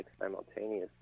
simultaneously